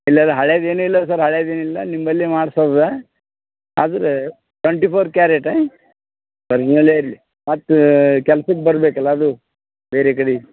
ಇಲ್ಲ ಇಲ್ಲ ಹಳೇದು ಏನಿಲ್ಲ ಸರ್ ಹಳೇದು ಏನಿಲ್ಲ ನಿಮ್ಮಲ್ಲಿ ಮಾಡಿಸೋದೇ ಆದರೆ ಟ್ವೆಂಟಿ ಫೋರ್ ಕ್ಯಾರೇಟೇ ಮತ್ತೆ ಅದು ಕೆಲ್ಸಕ್ಕೆ ಬರಬೇಕಲ್ಲ ಅದು ಬೇರೆ ಕಡೆ